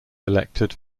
elected